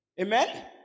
Amen